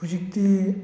ꯍꯧꯖꯤꯛꯇꯤ